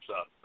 up